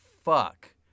fuck